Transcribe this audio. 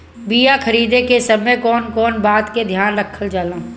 बीया खरीदे के समय कौन कौन बात के ध्यान रखल जाला?